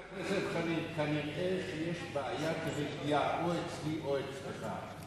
כנראה שיש בעיית ראייה, או אצלי או אצלך.